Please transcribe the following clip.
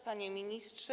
Panie Ministrze!